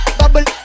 bubble